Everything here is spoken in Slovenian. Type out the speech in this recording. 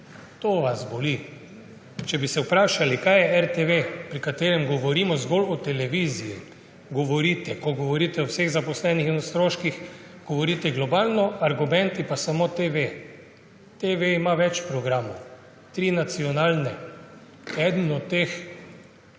To vas boli. Če bi se vprašali, kaj je RTV, pri katerem govorite zgolj o televiziji, ko govorite o vseh zaposlenih in o stroških, govorite globalno, argumenti pa so samo TV. TV ima več programov. Tri nacionalne. Enega od teh zasedamo